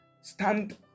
stand